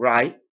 Right